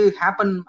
happen